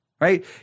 right